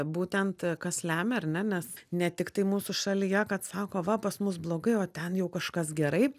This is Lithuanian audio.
būtent kas lemia ar ne nes ne tiktai mūsų šalyje kad sako va pas mus blogai o ten jau kažkas gerai